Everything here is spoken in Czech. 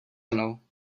mnou